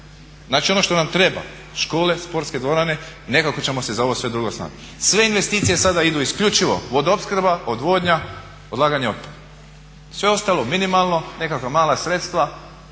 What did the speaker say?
znači ono što nam treba, škole, sportske dvorane, nekako ćemo se za ovo sve drugo snaći. Sve investicije sada idu isključivo vodoopskrba, odvodnja, odlaganje otpada sve ostalo minimalno, nekakva mala sredstva